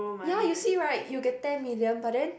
ya you see right you get ten million but then